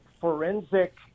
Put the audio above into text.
forensic